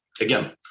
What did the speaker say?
Again